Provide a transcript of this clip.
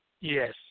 Yes